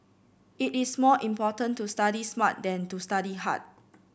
it is more important to study smart than to study hard